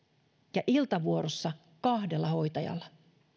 ja iltavuorossa kahdella hoitajalla